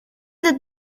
that